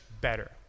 better